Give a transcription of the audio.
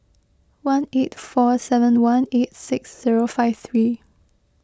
one eight four seven one eight six zero five three